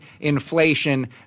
inflation